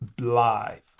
live